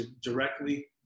directly